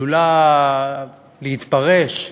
עלולה להתפרש,